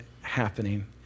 happening